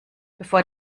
bevor